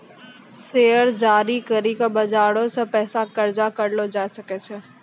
share जारी करि के बजारो से पैसा कर्जा करलो जाय सकै छै